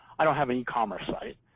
i don't have an e-commerce site.